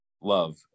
love